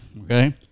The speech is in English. okay